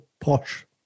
Posh